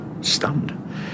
stunned